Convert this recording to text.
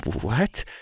What